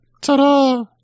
Ta-da